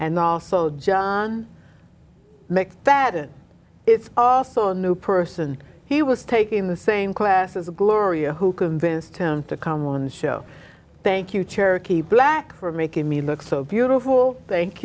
and also john make bad and it's also a new person he was taking the same class as gloria who convinced him to come on the show thank you cherokee black for making me look so beautiful thank